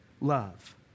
love